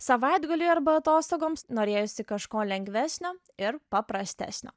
savaitgaliui arba atostogoms norėjosi kažko lengvesnio ir paprastesnio